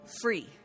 free